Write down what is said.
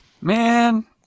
man